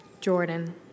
Jordan